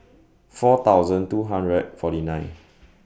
four thousand two hundred and forty nine